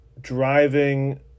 driving